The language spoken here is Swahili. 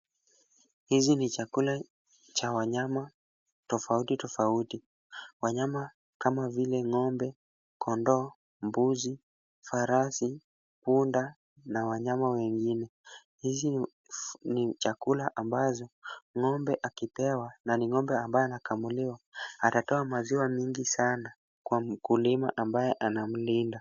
Hizi ni chakula cha wanyama tofauti tofauti. Wanyama kama vile ng'ombe, kondoo, mbuzi, farasi punda na wanyama wengine. Hizi ni chakula ambazo ng'ombe akipewa na ni ng'ombe ambaye anakamuliwa atatoa maziwa mingi sana kwa mkulima ambaye anamlinda.